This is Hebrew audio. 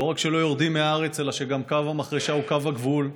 שלא רק שלא יורדים מהארץ אלא שקו המחרשה הוא קו הגבול,